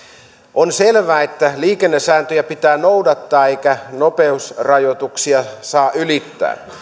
on selvää että liikennesääntöjä pitää noudattaa eikä nopeusrajoituksia saa ylittää